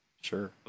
Sure